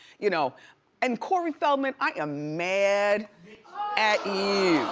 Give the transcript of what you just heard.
you know and cory feldman, i am mad at you. oh.